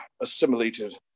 assimilated